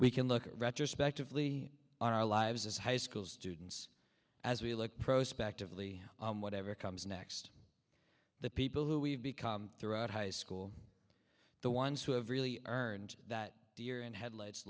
we can look retrospectively on our lives as high school students as we look prospect of lee whatever comes next the people who we've become throughout high school the ones who have really earned that deer in headlights